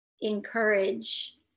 encourage